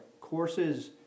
courses